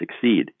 succeed